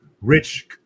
rich